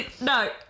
No